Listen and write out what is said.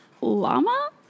llama